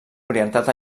orientat